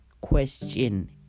question